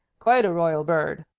quite a royal bird.